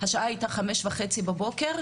השעה הייתה חמש וחצי בבוקר,